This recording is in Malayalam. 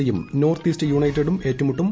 സിയും നോർത്ത് ഈസ്റ്റ് യുണൈറ്റഡും ഏറ്റുമുട്ടും